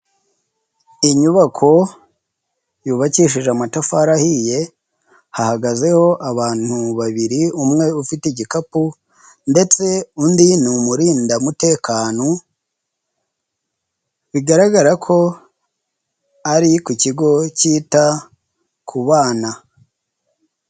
Inyubako yubakishije amatafari ahiye hahagazeho abantu babiri umwe ufite igikapu ndetse undi ni umurindi mutekano bigaragara ko ari ku kigo cyita ku bana.